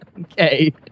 Okay